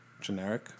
generic